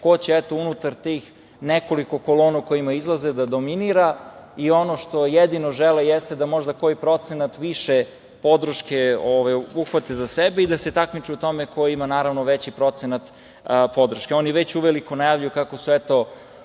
ko će unutar tih nekoliko kolona u kojima izlaze da dominira. Ono što jedino žele jeste da možda koji procenat više podrške uhvate za sebe i da se takmiče u tome ko ima veći procenat podrške. Oni već uveliko najavljuju kako su eto